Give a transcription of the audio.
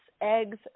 eggs